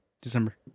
December